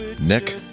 Nick